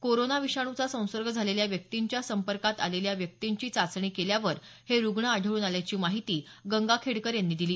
corona विषाणूचा संसर्ग झालेल्या व्यक्तींच्या संपर्कात आलेल्या व्यक्तींची चाचणी केल्यावर हे रुग्ण आढळून आल्याची माहिती गंगाखेड़कर यांनी दिली